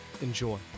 enjoy